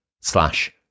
slash